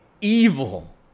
evil